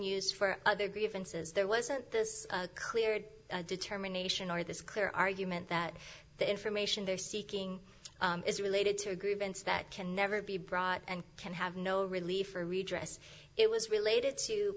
used for other grievances there wasn't this clear determination or this clear argument that the information they're seeking is related to a grievance that can never be brought and can have no relief for redress it was related to